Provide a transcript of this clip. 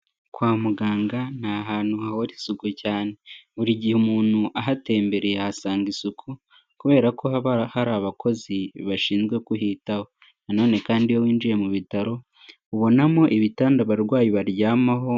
Kwa muganga ni ahantu hahora isuku cyane, buri gihe umuntu ahatembereye ahasanga isuku kubera ko haba hari abakozi bashinzwe kutaho nanone kandi iyo winjiye mu bitaro ubonamo ibitanda abarwayi baryamaho.